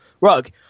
rug